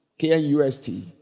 KNUST